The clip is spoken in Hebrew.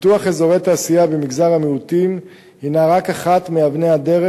פיתוח אזורי תעשייה במגזר המיעוטים הוא רק אחת מאבני הדרך